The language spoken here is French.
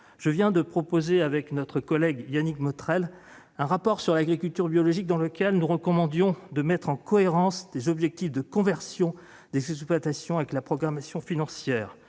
deux exemples. Avec notre collègue Yannick Botrel, je viens de déposer un rapport sur l'agriculture biologique, dans lequel nous recommandons de mettre en cohérence les objectifs de conversion des exploitations avec la programmation financière.